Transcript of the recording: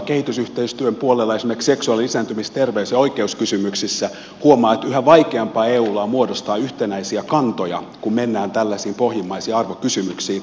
kehitysyhteistyön puolella esimerkiksi seksuaali lisääntymis terveys ja oikeuskysymyksissä huomaa että yhä vaikeampaa eun on muodostaa yhtenäisiä kantoja kun mennään tällaisiin pohjimmaisiin arvokysymyksiin